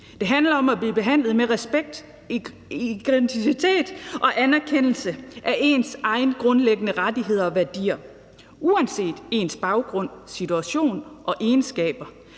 og om at blive behandlet med respekt og med anerkendelse af ens grundlæggende rettigheder og værdier uanset ens baggrund, situation og egenskaber.